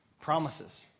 promises